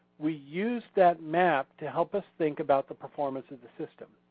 we use that map to help us think about the performance in the system.